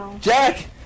Jack